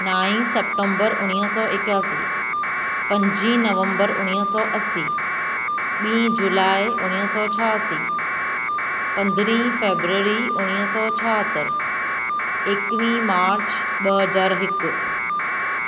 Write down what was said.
नाईं सेप्टेंबरु उणिवीह सौ एकासी पंजी नवंबरु उणिवीह सौ असी ॿी जुलाई उणिवीह सौ छहासी पंद्रहीं फ़बरवरी उणिवीह सौ छाहतरि एकवीह मार्च ॿ हज़ार हिकु